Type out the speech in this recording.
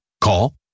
Call